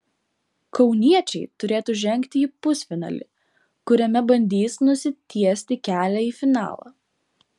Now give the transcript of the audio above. kauniečiai turėtų žengti į pusfinalį kuriame bandys nusitiesti kelią į finalą